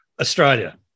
australia